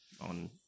on